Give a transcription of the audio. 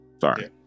Sorry